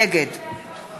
נגד